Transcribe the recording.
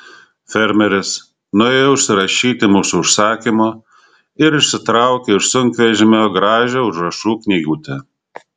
fermeris nuėjo užsirašyti mūsų užsakymo ir išsitraukė iš sunkvežimio gražią užrašų knygutę